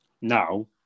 now